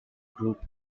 group